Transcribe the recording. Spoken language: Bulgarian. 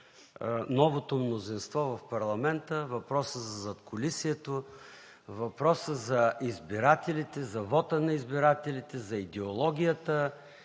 новото мнозинство в парламента, въпросът за задкулисието, въпросът за избирателите, за вота на избирателите, за идеологията,